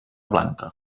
blanca